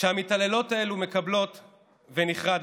שהמתעללות האלה מקבלות ונחרדתי.